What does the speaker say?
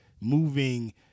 moving